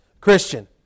Christian